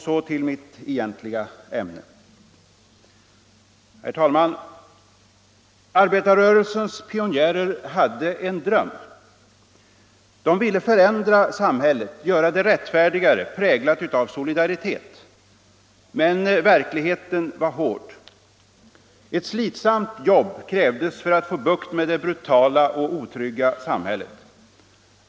Så till mitt egentliga ämne. Herr talman! Arbetarrörelsens pionjärer hade en dröm. De ville förändra samhället, göra det rättfärdigare, präglat av solidaritet. Men verkligheten var hård. Ett slitsamt jobb krävdes för att få bukt med det brutala och otrygga samhället.